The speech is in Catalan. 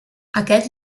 aquest